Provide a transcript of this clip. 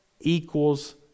equals